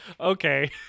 Okay